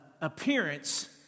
appearance